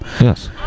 Yes